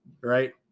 right